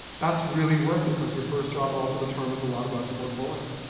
that's really worth it, because your first job also determines a lot about your portfolio.